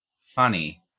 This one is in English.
funny